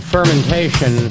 Fermentation